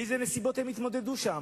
עם אילו נסיבות הם התמודדו שם,